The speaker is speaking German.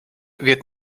wird